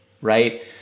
right